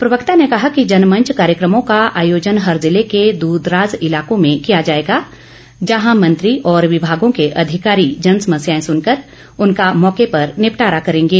प्रवक्ता ने कहा कि जन मंच कार्यकमों का आयोजन हर जिले के दूरदराज इलाकों में किया जाएगा जहां मंत्री और विभागों के अधिकारी जनसमस्याएं सुनकर उनका मौके पर निपटारा करेंगे